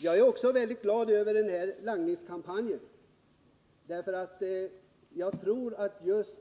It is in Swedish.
Jag är också mycket glad över langningskampanjen, därför att jag tror att just